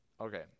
Okay